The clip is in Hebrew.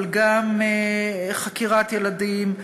אבל גם בחקירת ילדים,